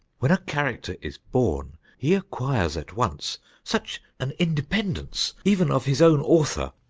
when a character is born, he acquires at once such an independence, even of his own author,